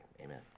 amen